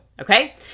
Okay